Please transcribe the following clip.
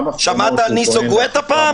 שמעת על ניסו גואטה פעם?